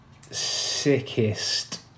sickest